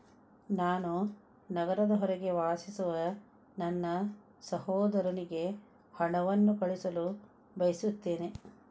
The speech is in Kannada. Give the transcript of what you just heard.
ನಾನು ನಗರದ ಹೊರಗೆ ವಾಸಿಸುವ ನನ್ನ ಸಹೋದರನಿಗೆ ಹಣವನ್ನು ಕಳುಹಿಸಲು ಬಯಸುತ್ತೇನೆ